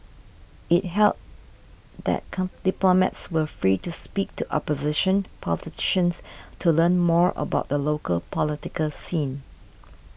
it held that come diplomats were free to speak to opposition politicians to learn more about the local political scene